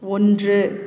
ஒன்று